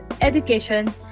education